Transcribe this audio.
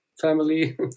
family